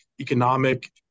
economic